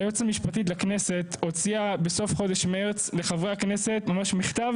היועצת המשפטית לכנסת הוציאה בסוף חודש מרץ לחברי הכנסת ממש מכתב